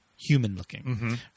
human-looking